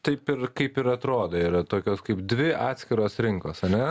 taip ir kaip ir atrodo yra tokios kaip dvi atskiros rinkos ane